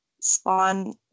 spawn